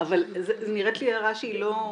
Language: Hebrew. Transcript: אבל זו נראית לי הערה שהיא